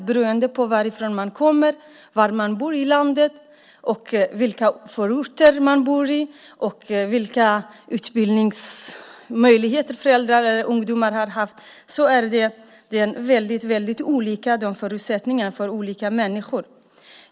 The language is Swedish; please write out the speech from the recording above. Beroende på varifrån man kommer, var i landet man bor, vilken förort man bor i och vilka utbildningsmöjligheter föräldrar och ungdomar har haft är förutsättningarna väldigt olika för olika människor.